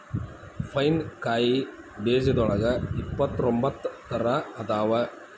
pine ಕಾಯಿ ಬೇಜದೋಳಗ ಇಪ್ಪತ್ರೊಂಬತ್ತ ತರಾ ಅದಾವ